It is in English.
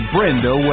Brenda